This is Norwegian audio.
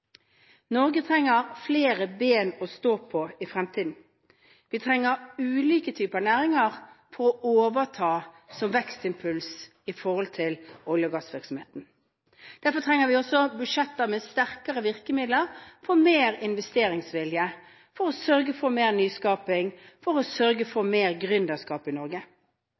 Norge trenger flere bein å stå på i fremtiden. Vi trenger ulike typer næringer som kan overta som vekstimpuls etter olje- og gassvirksomheten. Derfor trenger vi også budsjetter med sterkere virkemidler, for å skape mer investeringsvilje, for å sørge for mer nyskaping, og for å sørge for mer gründerskap i Norge.